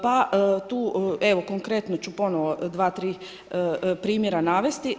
Pa tu evo, konkretno ću ponovo dva-tri primjera navesti.